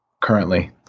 currently